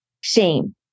shame